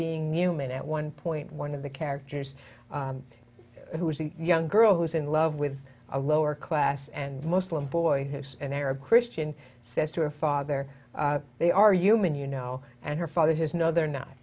being human at one point one of the characters who is a young girl who's in love with a lower class and muslim boy has an arab christian says to her father they are human you know and her father has no they're